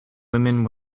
women